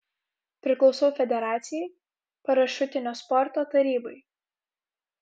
priklausau federacijai parašiutinio sporto tarybai